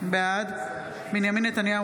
בעד בנימין נתניהו,